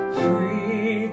free